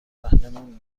رهنمون